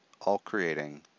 all-creating